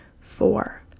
four